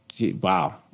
wow